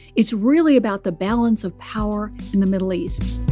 it's really about the balance of power in the middle east